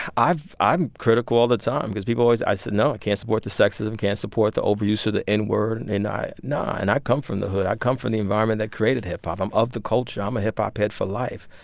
i've i'm critical all the time because people always i say, no, i can't support the sexism, can't support the over use of the n word. and and i no, and i come from the hood. i come from the environment that created hip-hop. i'm of the culture. i'm a hip-hop head for life,